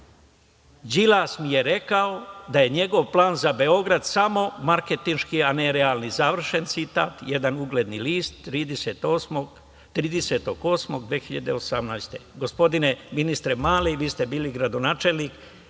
„Đilas mi je rekao da je njegov plan za Beograd samo marketinški a ne realni“, završen citat, jedan ugledni list, 30. avgusta 2018. godine. Gospodine ministre Mali, vi ste bili gradonačelnik,